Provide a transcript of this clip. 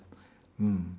mm